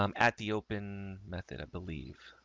um at the open method. i believe.